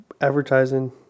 advertising